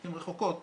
לעתים רחוקות